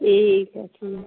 ठीक है ठीक है